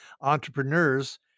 entrepreneurs